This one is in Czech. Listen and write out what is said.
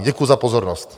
Děkuji za pozornost.